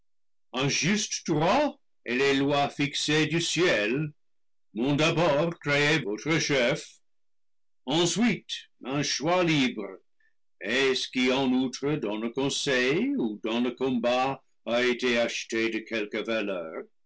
juste droit et les lois fixées du ciel m'ont d'abord créé votre chef ensuite un choix libre et ce qui en outre dans le conseil ou dans le combat a été acheté de quelque valeur